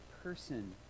Person